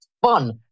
fun